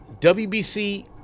WBC